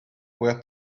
were